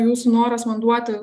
jūsų noras man duoti